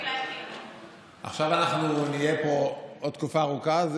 עכשיו נהיה פה עוד תקופה ארוכה,